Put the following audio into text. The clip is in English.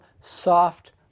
soft